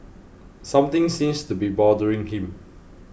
something seems to be bothering him